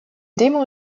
demo